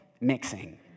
mixing